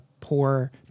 Poor